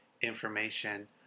information